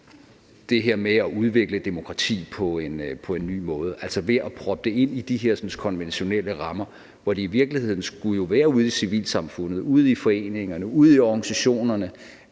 det her med at udvikle demokrati på en ny måde, altså ved at proppe det ind i de hersens konventionelle rammer, hvor det i virkeligheden jo skulle være ude i civilsamfundet, ude i foreningerne, ude i organisationerne,